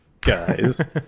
guys